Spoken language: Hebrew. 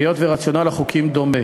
היות שרציונל החוקים דומה.